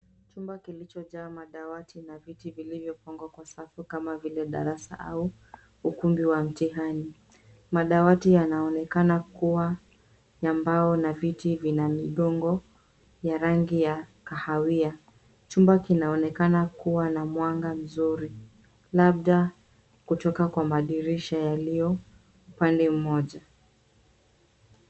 Chumba kilichojaa madawati na viti vilivyopangwa kwa safu kama vile darasa au ukumbi wa mtihani. Madawati yanaonekana kuwa ya mbao na viti vina migongo ya rangi ya kahawia. Chumba kinaonekana kuwa na mwanga mzuri labda kutoka kwa madirisha yaliyo upande mmoja.